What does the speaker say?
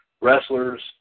Wrestlers